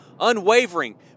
Unwavering